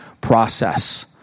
process